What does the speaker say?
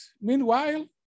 meanwhile